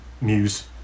Muse